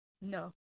No